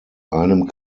einem